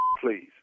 Please